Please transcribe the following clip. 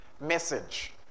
message